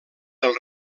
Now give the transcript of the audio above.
del